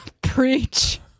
Preach